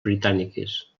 britàniques